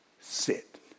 sit